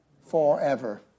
Forever